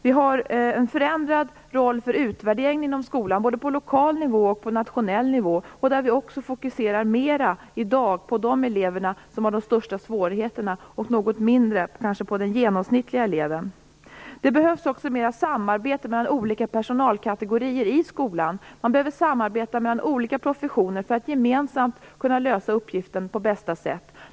Vi har fått en förändrad roll för utvärdering inom skolan, både på lokal och på nationell nivå, varvid vi i dag fokuserar mer på de elever som har de största svårigheterna och kanske något mindre på den genomsnittlige eleven. Det behövs också mera samarbete mellan olika personalkategorier i skolan. Man behöver samarbeta mellan olika professioner för att gemensamt kunna lösa uppgiften på bästa sätt.